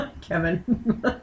Kevin